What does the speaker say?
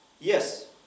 Yes